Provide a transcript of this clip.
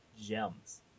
gems